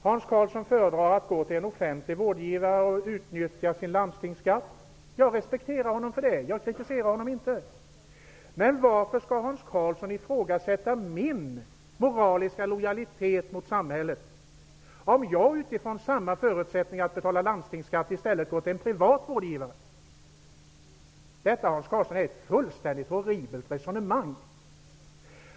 Hans Karlsson föredrar att gå till en offentlig vårdgivare och utnyttja sin landstingsskatt. Jag respekterar honom för det -- jag kritiserar honom inte. Men varför skall Hans Karlsson ifrågasätta min moraliska lojalitet mot samhället om jag, som också betalar landstingsskatt, i stället går till en privat vårdgivare? Det, Hans Karlsson, är ett fullständigt horribelt resonemang.